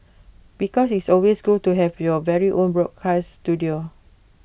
because it's always cool to have your very own broadcast Studio